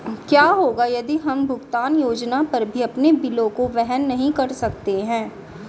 क्या होगा यदि हम भुगतान योजना पर भी अपने बिलों को वहन नहीं कर सकते हैं?